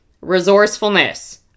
resourcefulness